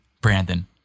Brandon